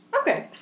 Okay